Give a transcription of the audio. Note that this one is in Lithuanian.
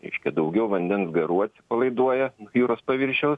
reiškia daugiau vandens garų atsipalaiduoja jūros paviršiaus